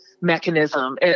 mechanism